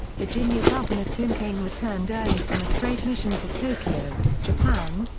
virginia governor tim kaine returned early from a trade mission to tokyo, japan,